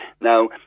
now